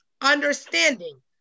understanding